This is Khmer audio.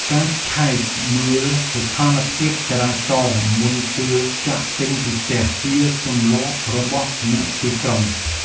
ការឆែកមើលស្ថានភាពចរាចរណ៍មុនពេលចាកចេញពីផ្ទះ ជាទម្លាប់របស់អ្នកទីក្រុង។